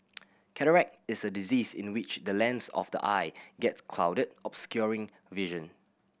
cataract is a disease in which the lens of the eye gets clouded obscuring vision